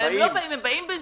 הם באים.